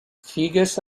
figues